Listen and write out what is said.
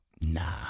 Nah